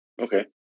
Okay